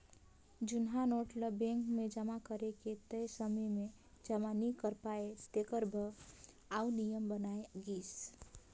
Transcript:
जुनहा नोट ल बेंक मे जमा करे के तय समे में जमा नी करे पाए तेकर बर आउ नियम बनाय गिस